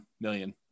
million